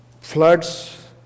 floods